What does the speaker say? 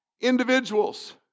individuals